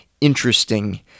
interesting